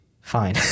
fine